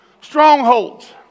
Strongholds